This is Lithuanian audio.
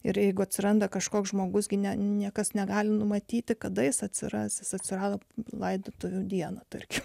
ir jeigu atsiranda kažkoks žmogus gi ne niekas negali numatyti kada jis atsiras atsirado laidotuvių dieną tarkim